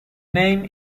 name